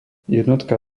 jednotka